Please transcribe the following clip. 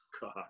God